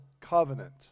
covenant